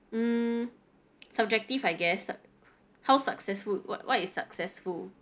mm subjective I guess how successful what what is successful